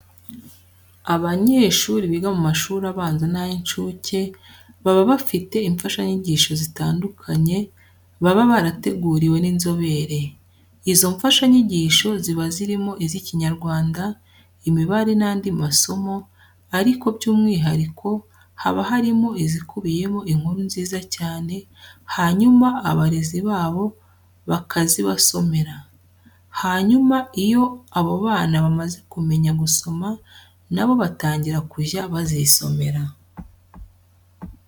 Abanyeshuri biga mu mashuri abanza n'ay'incuke baba bafite imfashanyigisho zitandukanye baba barateguriwe n'inzobere. Izo mfashanyigisho ziba zirimo iz'Ikinyarwanda, imibare, n'andi masomo ariko by'umwihariko haba harimo izikubiyemo inkuru nziza cyane, hanyuma abarezi babo bakazibasomera. Hanyuma iyo abo bana bamaze kumenya gusoma na bo batangira kujya bazisomera.